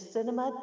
Cinema